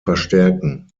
verstärken